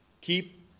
Keep